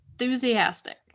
enthusiastic